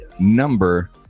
number